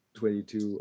22